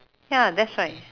ya that's right